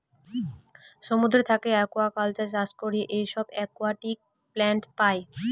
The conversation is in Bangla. সমুদ্র থাকে একুয়াকালচার চাষ করে সব একুয়াটিক প্লান্টস পাই